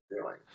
feeling